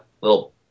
little